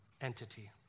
entity